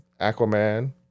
Aquaman